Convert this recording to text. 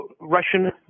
Russian